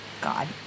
God